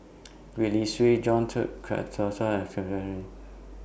Gwee Li Sui John